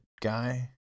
guy